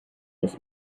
his